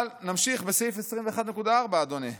נמשיך בסעיף 21.4, אדוני.